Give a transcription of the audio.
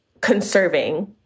conserving